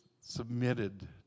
submitted